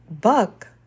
Buck